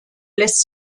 lässt